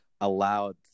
allowed